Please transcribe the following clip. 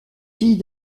fille